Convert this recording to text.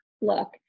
look